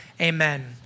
amen